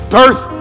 birth